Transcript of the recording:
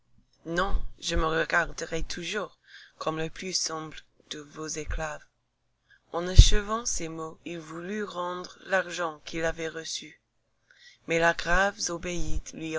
non je me regarderai toujours comme le plus humble de vos esclaves en achevant ces mots il voulut rendre l'argent qu'il avait reçu mais la grave